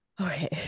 okay